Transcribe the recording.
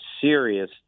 serious